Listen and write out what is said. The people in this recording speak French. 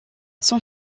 son